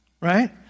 right